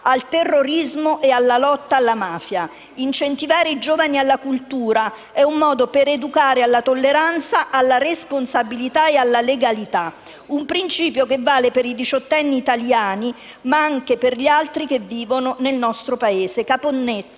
al terrorismo e alla mafia: incentivare i giovani alla cultura è un modo per educare alla tolleranza, alla responsabilità e alla legalità. Si tratta di un principio che vale per i diciottenni italiani, ma anche per gli altri che vivono nel nostro Paese. Antonino